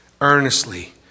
earnestly